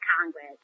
Congress